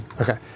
Okay